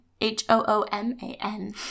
H-O-O-M-A-N